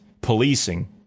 policing